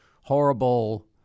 horrible—